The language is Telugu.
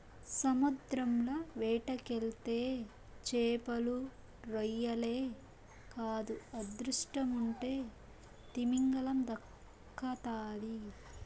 సముద్రంల వేటకెళ్తే చేపలు, రొయ్యలే కాదు అదృష్టముంటే తిమింగలం దక్కతాది